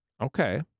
Okay